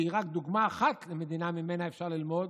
שהיא רק דוגמה אחת למדינה שממנה אפשר ללמוד,